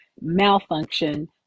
malfunction